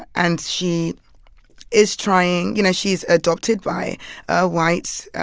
and she is trying you know, she's adopted by a white,